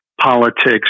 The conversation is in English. politics